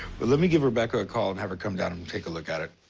but let me give rebecca a call and have her come down and take a look at it.